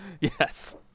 Yes